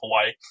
Hawaii